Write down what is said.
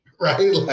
right